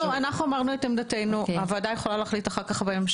אמרנו את עמדתנו, הוועדה יכולה להחליט בהמשך.